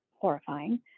horrifying